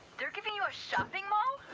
they're giving you a shopping mall?